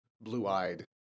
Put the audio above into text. blue-eyed